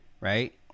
right